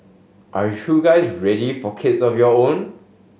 are you guys ready for kids of your own